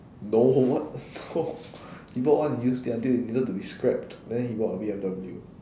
no what the no people want to used it until it needed to be scrapped then he bought a B_M_W